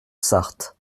sarthe